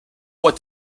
what